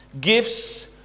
Gifts